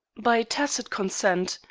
by tacit consent,